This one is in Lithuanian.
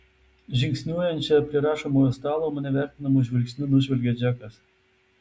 žingsniuojančią prie rašomojo stalo mane vertinamu žvilgsniu nužvelgia džekas